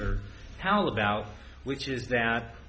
or how about which is that